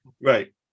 right